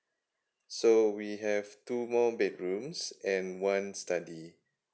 so we have two more bedrooms and one study